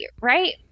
right